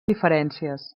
diferències